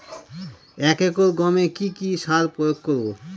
এক একর গমে কি কী সার প্রয়োগ করব?